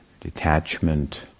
detachment